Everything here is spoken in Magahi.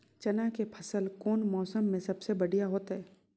चना के फसल कौन मौसम में सबसे बढ़िया होतय?